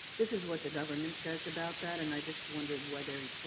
this is what the government says about that, and i just wondered whether,